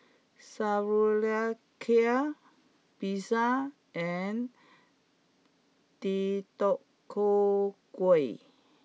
Sauerkraut Pizza and Deodeok gui